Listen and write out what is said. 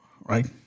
right